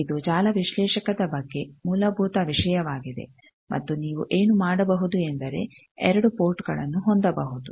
ಇದು ಜಾಲ ವಿಶ್ಲೇಷಕದ ಬಗ್ಗೆ ಮೂಲಭೂತ ವಿಷಯವಾಗಿದೆ ಮತ್ತು ನೀವು ಏನು ಮಾಡಬಹುದು ಎಂದರೆ ಎರಡು ಪೋರ್ಟ್ಗಳನ್ನು ಹೊಂದಬಹುದು